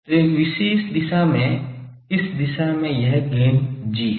तो एक विशेष दिशा में इस दिशा में यह गैन G है